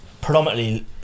Predominantly